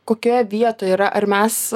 kokioje vietoje yra ar mes